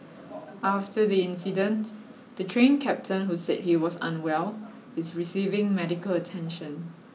after the incident the Train Captain who said he was unwell is receiving medical attention